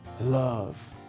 love